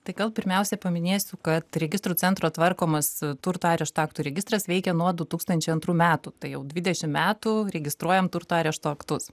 tai gal pirmiausia paminėsiu kad registrų centro tvarkomas turto arešto aktų registras veikia nuo du tūkstančiai antrų metų tai jau dvidešim metų registruojam turto arešto aktus